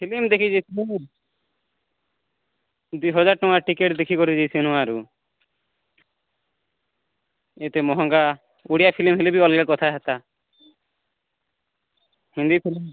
ସେଦିନୁ ଦେଖି ଦୁଇ ହଜାର ଟଙ୍କା ଟିକେଟ୍ ଦେଖିକରି ଯାଇଥିନୁ ଆରୁ ଏତେ ମହଙ୍ଗା ଓଡ଼ିଆ ଫିଲ୍ମ୍ ହେଲେ ବି ଅଲଗା କଥା ହେତା ହିନ୍ଦୀ ଫିଲ୍ମ୍